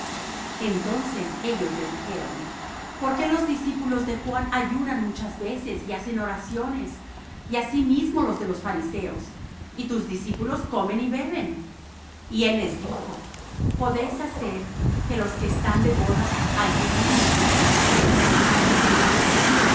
entonces ellos le dijeron por qué los discípulos de juan ayunan muchas veces y hacen oraciones y asimismo los de los fariseos y tus discípulos comen y beben y él les dijo podéis hacer que los que están de bodas ayunen entre tanto que el esposo está con ellos